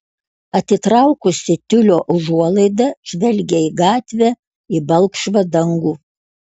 atitraukusi tiulio užuolaidą žvelgia į gatvę į balkšvą dangų